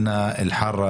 (אומר דברים בערבית)